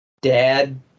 dad